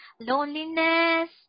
loneliness